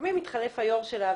לפעמים מתחלף היו"ר שלה,